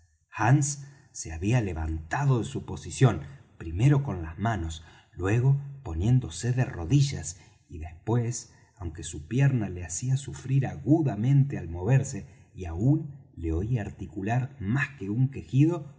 hands se había levantado de su posición primero con las manos luego poniéndose de rodillas y después aunque su pierna le hacía sufrir agudamente al moverse y aun le oí articular más de un quejido